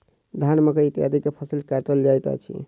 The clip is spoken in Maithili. धान, मकई इत्यादि के फसिल काटल जाइत अछि